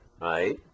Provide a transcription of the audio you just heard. right